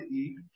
eat